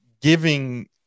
giving